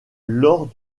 lors